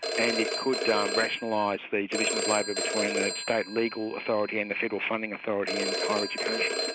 and it could um rationalise the division of labour between the state legal authority and the federal funding authority in higher education.